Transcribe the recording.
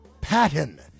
Patton